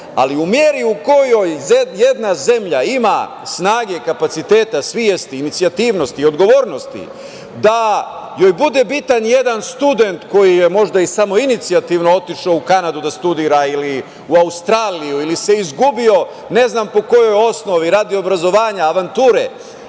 ali u meri u kojoj jedna zemlja ima snage, kapaciteta, svesti, inicijativnosti, odgovornosti da joj bude bitan jedan student koji je možda i samoinicijativno otišao u Kanadu da studira, ili u Australiju, ili se izgubio ne znam po kojoj osnovi, radi obrazovanja, avanture,